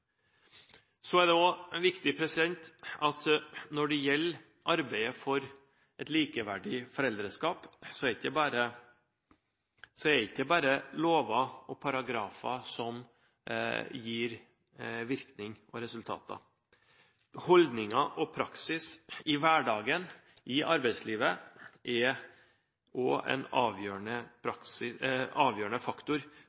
er også viktig at når det gjelder arbeidet for et likeverdig foreldreskap, er det ikke bare lover og paragrafer som gir virkning og resultater. Holdninger og praksis i hverdagen i arbeidslivet er også en avgjørende